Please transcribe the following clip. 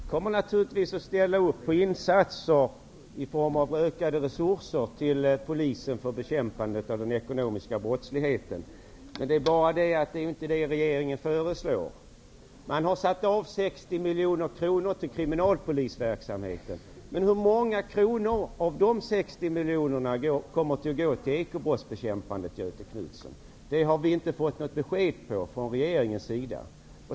Herr talman! Vi kommer naturligtvis att ställa oss bakom insatser i form av ökade resurser till polisen för bekämpandet av den ekonomiska brottsligheten. Men det är ju inte det som regeringen föreslår. Man vill sätta av 60 miljoner kronor till kriminalpolisverksamheten, men hur många kronor av dessa kommer att gå till ekobrottsbekämpningen, Göthe Knutson? Det har vi inte fått besked om från regeringens sida.